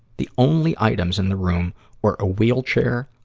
the only items in the room were a wheelchair,